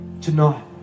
tonight